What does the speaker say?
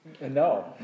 No